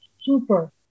super